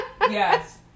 Yes